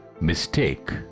mistake